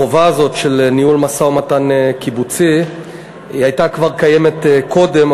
החובה הזאת של ניהול משא-ומתן קיבוצי הייתה קיימת כבר קודם,